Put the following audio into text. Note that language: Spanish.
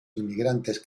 inmigrantes